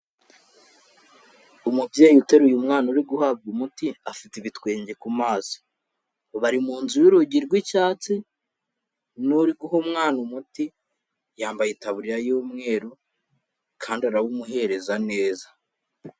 Umubyeyi uteruye umwana uri guhabwa umuti, afite ibitwenge ku maso, ubu ari mu nzu y'urugi rw'icyatsi n'uri guha umwana umuti, yambaye itabuririya y'umweru kandi arawumuhereza neza.